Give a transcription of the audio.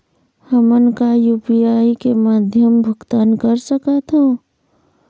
हमन का यू.पी.आई के माध्यम भुगतान कर सकथों?